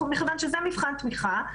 מכיוון שזה מבחן תמיכה.